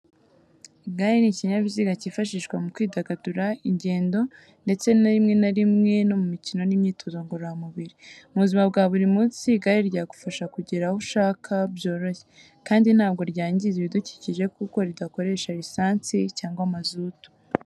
Igare ni ikinyabiziga cyifashishwa mu kwidagadura, ingendo, ndetse rimwe na rimwe no mu mikino n’imyitozo ngororamubiri. Mu buzima bwa buri munsi, igare ryagufasha kugera aho ushaka byoroshye, kandi ntabwo ryangiza ibidukikije kuko ridakoresha lisansi cyangwa mazutu.